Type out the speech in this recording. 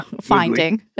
finding